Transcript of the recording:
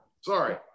sorry